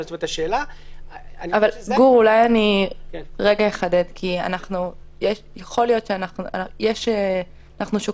אז אני יכול לעשות PCR. אנחנו שוקלים